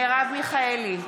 מרב מיכאלי,